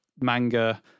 manga